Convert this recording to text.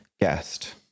guest